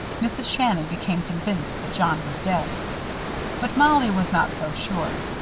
mrs. shannon became convinced that john was dead but mollie was not so sure.